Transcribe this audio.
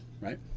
right